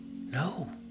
No